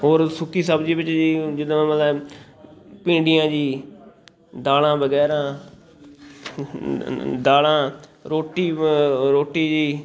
ਹੋਰ ਸੁੱਕੀ ਸਬਜ਼ੀ ਵਿੱਚ ਜੀ ਜਿੱਦਾਂ ਮਤਲਬ ਭਿੰਡੀਆਂ ਜੀ ਦਾਲਾਂ ਵਗੈਰਾ ਦਾਲਾਂ ਰੋਟੀ ਰੋਟੀ ਜੀ